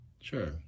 Sure